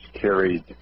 carried